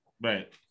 Right